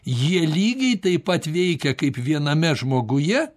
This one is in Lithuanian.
jie lygiai taip pat veikia kaip viename žmoguje